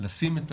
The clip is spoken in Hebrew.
לשים,